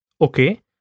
Okay